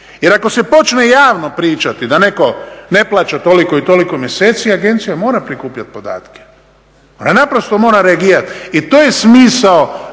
Jer ako se počne javno pričati da netko ne plaća toliko i toliko mjeseci agencija mora prikupljati podatke, ona mora reagirati i to je smisao